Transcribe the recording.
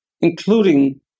including